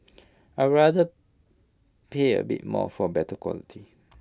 I rather pay A bit more for better quality